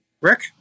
Rick